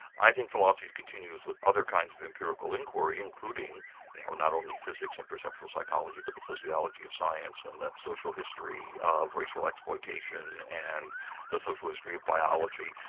i think philosophy continues with other kinds of empirical inquiry, including you know not only physics and perceptual psychology, but the sociology of science and that social history, racial exploitation and the social history of biology.